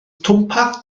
twmpath